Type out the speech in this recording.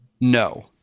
no